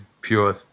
pure